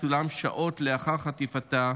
שצולם שעות לאחר חטיפתה,